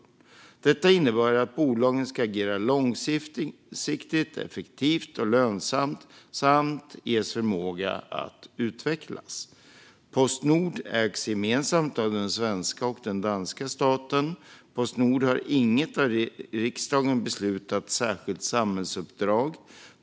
Detta innebär att bolagen ska agera långsiktigt, effektivt och lönsamt samt ges förmåga att utvecklas. Postnord ägs gemensamt av den svenska och den danska staten. Postnord har inget av riksdagen särskilt beslutat samhällsuppdrag.